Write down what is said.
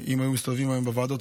אם היו מסתובבים היום בוועדות,